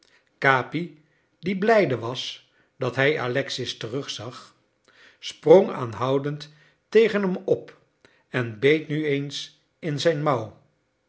capi die blijde was dat hij alexis terugzag sprong aanhoudend tegen hem op en beet nu eens in zijn mouw